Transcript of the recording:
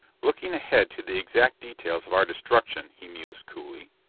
looking ahead to the exact details of our destruction, he mused coolly,